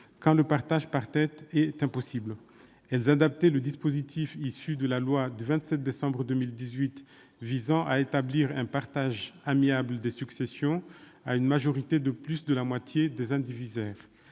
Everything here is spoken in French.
quand le partage par tête est impossible. Elles adaptaient le dispositif issu de la loi du 27 décembre 2018 visant à établir un partage amiable des successions à une majorité de plus de la moitié des indivisaires.